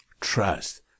Trust